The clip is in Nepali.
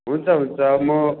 हुन्छ हुन्छ म